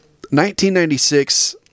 1996